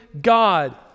God